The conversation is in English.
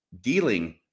dealing